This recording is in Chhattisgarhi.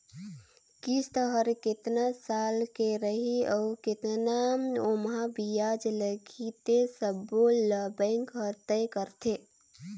किस्त हर केतना साल के रही अउ केतना ओमहा बियाज लगही ते सबो ल बेंक हर तय करथे